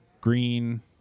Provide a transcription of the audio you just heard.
green